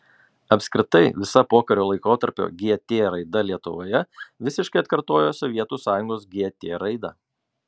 apskritai visa pokario laikotarpio gt raida lietuvoje visiškai atkartoja sovietų sąjungos gt raidą